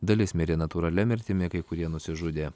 dalis mirė natūralia mirtimi kai kurie nusižudė